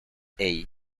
era